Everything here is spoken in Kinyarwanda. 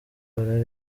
ora